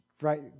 Right